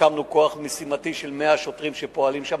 הקמנו כוח משימתי של 100 שוטרים שפועלים שם,